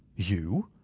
you!